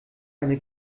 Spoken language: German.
eine